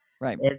Right